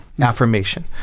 affirmation